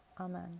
Amen